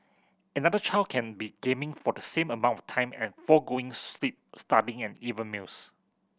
another child can be gaming for the same amount of time and forgoing sleep studying and even meals